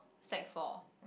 sec four